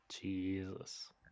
jesus